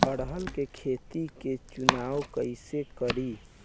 अरहर के खेत के चुनाव कईसे करी?